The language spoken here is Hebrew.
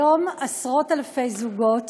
היום עשרות אלפי זוגות